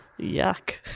Yuck